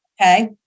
Okay